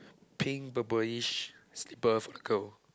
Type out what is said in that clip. pink purplish slipper for the girl